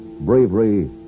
bravery